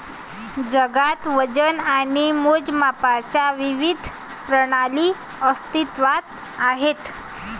जगात वजन आणि मोजमापांच्या विविध प्रणाली अस्तित्त्वात आहेत